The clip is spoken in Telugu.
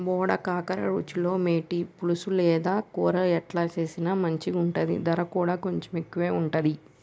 బోడ కాకర రుచిలో మేటి, పులుసు లేదా కూర ఎట్లా చేసిన మంచిగుంటది, దర కూడా కొంచెం ఎక్కువే ఉంటది